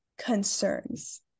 concerns